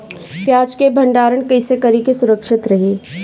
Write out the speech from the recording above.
प्याज के भंडारण कइसे करी की सुरक्षित रही?